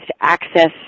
access